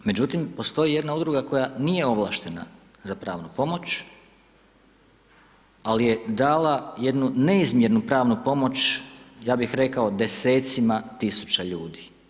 Međutim, postoji jedna udruga koja nije ovlaštena za pravnu pomoć ali je dala jednu neizmjernu pravnu pomoć, ja bih rekao desecima tisuća ljudi.